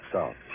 South